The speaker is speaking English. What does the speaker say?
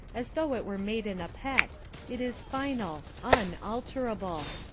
as though it were made in a pet it is final unalterable.